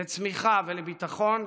לצמיחה ולביטחון,